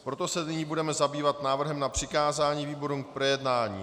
Proto se nyní budeme zabývat návrhem na přikázání výborům k projednání.